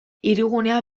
hirigunea